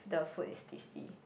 the food is tasty